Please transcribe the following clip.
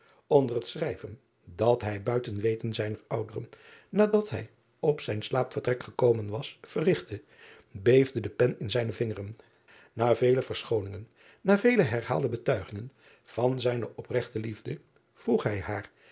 nder het schrijven dat hij buiten weten zijner ouderen nadat hij op zijn slaapvertrek geko driaan oosjes zn et leven van aurits ijnslager men was verrigtte beefde de pen in zijne vingeren a vele verschooningen na vele herhaalde betuigingen van zijne opregte liefde vroeg hij haar